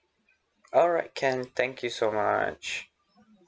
alright can thank you so much